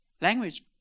language